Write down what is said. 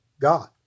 God